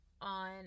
on